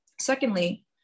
Secondly